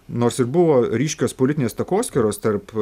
nors ir buvo ryškios politinės takoskyros tarp